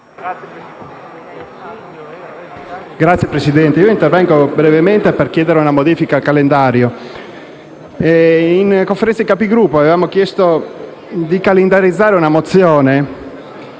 Signor Presidente, intervengo brevemente per chiedere una modifica al calendario. In Conferenza dei Capigruppo abbiano chiesto di calendarizzare una mozione